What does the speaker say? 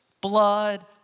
blood